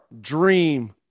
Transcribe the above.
dream